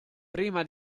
prima